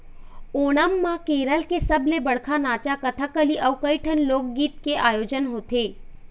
ओणम म केरल के सबले बड़का नाचा कथकली अउ कइठन लोकगीत के आयोजन होथे